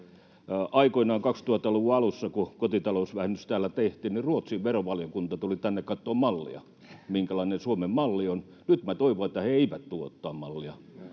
Aikoinaan, 2000-luvun alussa kun kotitalousvähennys täällä tehtiin, Ruotsin verovaliokunta tuli tänne katsomaan mallia siitä, minkälainen Suomen malli on. Nyt minä toivon, että he eivät tule ottamaan mallia.